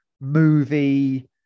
movie